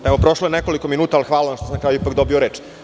Prošlo je nekoliko minuta, ali hvala vam što sam na kraju ipak dobio reč.